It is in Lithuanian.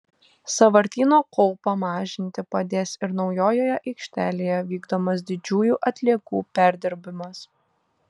sąvartyno kaupą mažinti padės ir naujojoje aikštelėje vykdomas didžiųjų atliekų perdirbimas